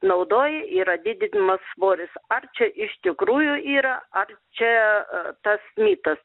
naudoji yra didinamas svoris ar čia iš tikrųjų yra ar čia tas mitas